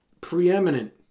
Preeminent